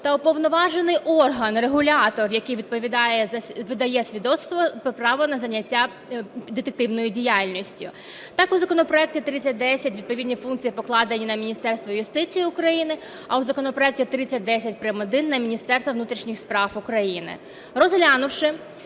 та уповноважений орган – регулятор, який видає свідоцтво на право зайняття детективною діяльністю. Так у законопроекті 3010 відповідні функції покладені на Міністерство юстиції України, а в законопроекті 3010 прим.1 на Міністерство внутрішніх справ України.